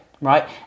right